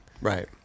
Right